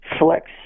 Flex